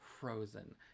frozen